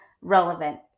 relevant